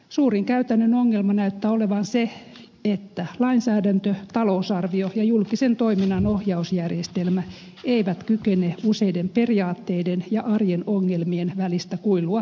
suurin käytännön ongelma näyttää olevan se että lainsäädäntö talousarvio ja julkisen toiminnan ohjausjärjestelmä eivät kykene useiden periaatteiden ja arjen ongelmien välistä kuilua peittämään